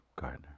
Gardner